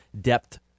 depth